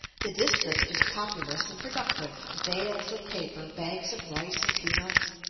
the district is populous and productive bales of paper, bags of rice and peanuts,